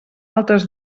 altres